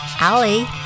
Ali